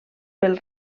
pel